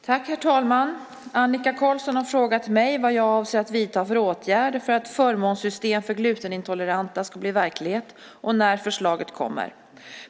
Herr talman! Annika Qarlsson har frågat mig vad jag avser att vidta för åtgärder för att förmånssystem för glutenintoleranta ska bli verklighet och när förslaget kommer.